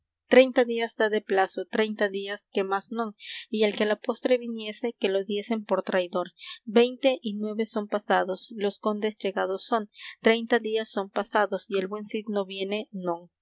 treinta días da de plazo treinta días que más non y el que á la postre viniese que lo diesen por traidor veinte y nueve son pasados los condes llegados son treinta días son pasados y el buen cid no viene non